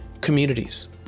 communities